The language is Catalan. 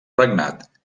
regnat